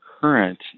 current